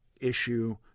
issue